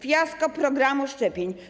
Fiasko programu szczepień.